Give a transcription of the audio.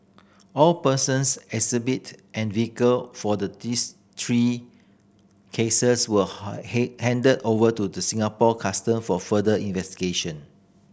all persons exhibit and vehicle for the this three cases were handed over to the Singapore Custom for further